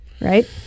Right